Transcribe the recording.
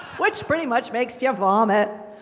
which pretty much makes you vomit.